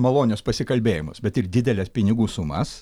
malonius pasikalbėjimus bet ir dideles pinigų sumas